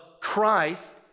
Christ